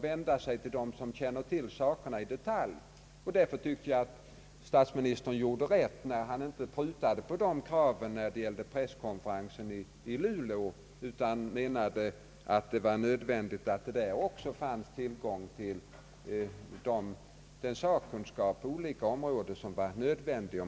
Därför anser jag att statsministern gjorde rätt när han inte prutade på dessa krav vid presskonferensen i Luleå utan menade att det var nödvändigt att också där ha tillgång till sakkunskap på olika områden.